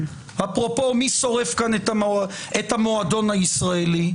אפרופו מי שורף כאן את המועדון הישראלי,